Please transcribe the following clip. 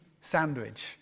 sandwich